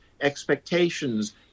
expectations